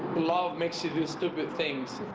love makes you do stupid things.